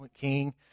king